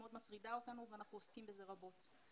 שמאוד מטרידה אותנו ואנחנו עוסקים בזה רבות.